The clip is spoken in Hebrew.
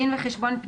דין וחשבון פנימי).